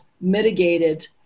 mitigated